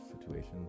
situations